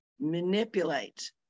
manipulate